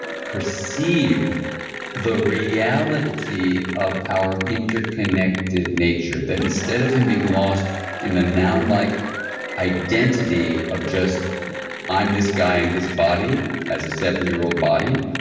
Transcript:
perceive the reality of our interconnected nature. that instead of him being lost in the noun-like identity of just i'm this guy in this body as a seventy year old body,